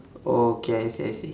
okay I see I see